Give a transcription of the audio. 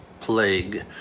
Plague